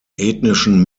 ethnischen